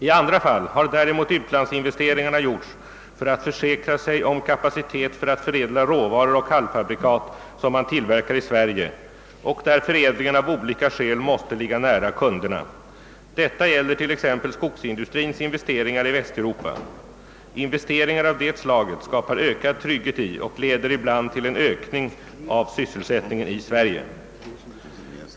I andra fall har däremot utlandsinvesteringarna gjorts för att man velat försäkra sig om kapacitet för att förädla råvaror och halvfabrikat som man tillverkar i Sverige och där förädlingen av olika skäl måste ligga nära kunderna. Detta gäller t.ex. skogsindustrins investeringar i Västeuropa. Investeringar av det slaget skapar ökad trygghet i, och leder ibland till en ökning av, sysselsättningen i Sverige.